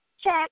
check